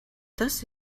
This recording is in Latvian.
tas